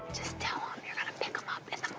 just tell em you're gonna pick em up in